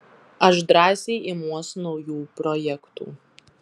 aš drąsiai imuos naujų projektų